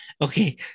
Okay